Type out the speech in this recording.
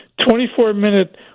24-minute